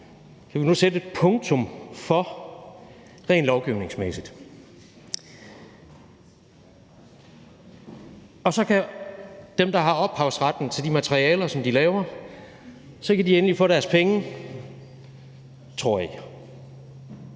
kan vi nu sætte et punktum for rent lovgivningsmæssigt. Så kan dem, der har ophavsretten til de materialer, de laver, endelig få deres penge – tror I. Men